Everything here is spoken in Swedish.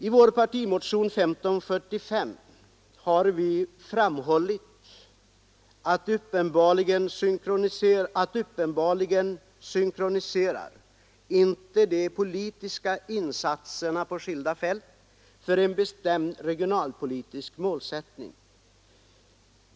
I vår partimotion 1974:1545 har vi framhållit att de politiska insatser på skilda fält uppenbarligen inte synkroniserar för en bestämd regionalpolitisk målsättning.